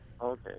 Okay